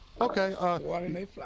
Okay